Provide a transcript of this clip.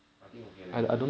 I think okay leh